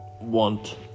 want